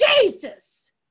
Jesus